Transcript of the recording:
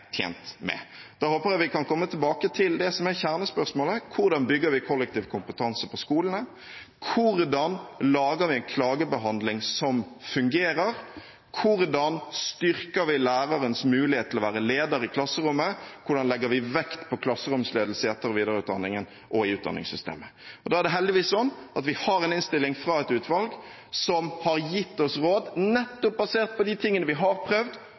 Hvordan bygger vi kollektiv kompetanse på skolene? Hvordan lager vi en klagebehandling som fungerer? Hvordan styrker vi lærerens mulighet til å være leder i klasserommet? Hvordan legger vi vekt på klasseromsledelse i etter- og videreutdanningen og i utdanningssystemet? Da er det heldigvis sånn at vi har en innstilling fra et utvalg som har gitt oss råd nettopp basert på de tingene vi har prøvd,